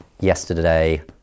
Yesterday